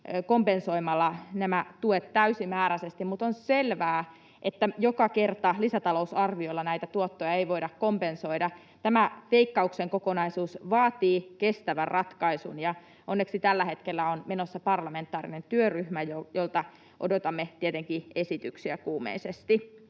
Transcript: kompensoimalla nämä tuet täysimääräisesti, mutta on selvää, että joka kerta lisätalousarviolla näitä tuottoja ei voida kompensoida. Tämä Veikkauksen kokonaisuus vaatii kestävän ratkaisun, ja onneksi tällä hetkellä on menossa parlamentaarinen työryhmä, jolta odotamme tietenkin esityksiä kuumeisesti.